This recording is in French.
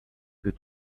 que